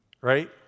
right